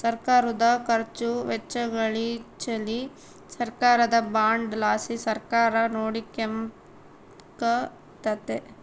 ಸರ್ಕಾರುದ ಖರ್ಚು ವೆಚ್ಚಗಳಿಚ್ಚೆಲಿ ಸರ್ಕಾರದ ಬಾಂಡ್ ಲಾಸಿ ಸರ್ಕಾರ ನೋಡಿಕೆಂಬಕತ್ತತೆ